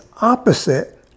opposite